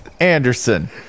Anderson